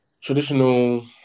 traditional